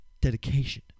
Dedication